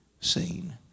seen